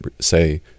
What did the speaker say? say